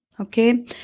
Okay